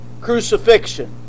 crucifixion